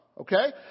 Okay